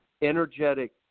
energetic